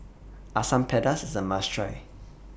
Asam Pedas IS A must Try